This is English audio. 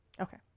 Okay